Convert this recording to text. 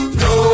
no